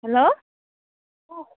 hello